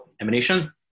emanation